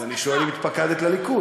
אז אני שואל אם התפקדת לליכוד.